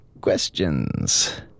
questions